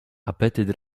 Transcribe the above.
apetyt